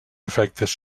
efectes